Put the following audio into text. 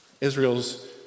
Israel's